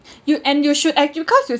you and you should act because is